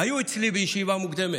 היו אצלי בישיבה מוקדמת,